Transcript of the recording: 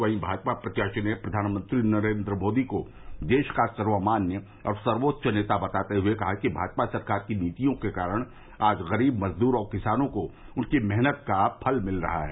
वहीं भाजपा प्रत्याशी ने प्रधानमंत्री नरेन्द्र मोदी को देश का सर्वमान्य और सर्वोच्च नेता बताते हुए कहा कि भाजपा सरकार की नीतियों के कारण आज गरीब मजदूर और किसानों को उनकी मेहनत का फल मिल रहा है